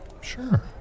Sure